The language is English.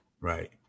right